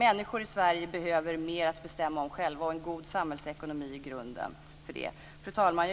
Människor i Sverige behöver mer att bestämma om själva och för detta en god samhällsekonomi i grunden. Fru talman!